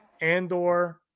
Andor